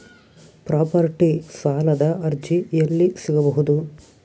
Property ಸಾಲದ ಅರ್ಜಿ ಎಲ್ಲಿ ಸಿಗಬಹುದು?